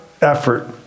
effort